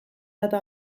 data